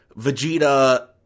Vegeta